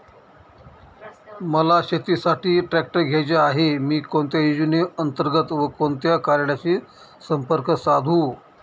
मला शेतीसाठी ट्रॅक्टर घ्यायचा आहे, मी कोणत्या योजने अंतर्गत व कोणत्या कार्यालयाशी संपर्क साधू?